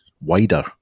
wider